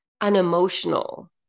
unemotional